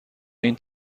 این